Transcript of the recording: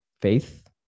faith